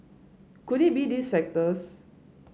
could it be these factors